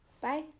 Bye